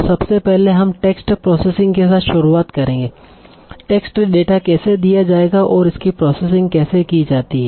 तो सबसे पहले हम टेक्स्ट प्रोसेसिंग के साथ शुरुआत करेंगे टेक्स्ट डेटा कैसे दिया जाएगा और इसकी प्रोसेसिंग कैसे कि जाती है